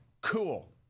Cool